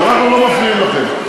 אנחנו לא מפריעים לכם,